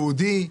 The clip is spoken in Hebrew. יהודי,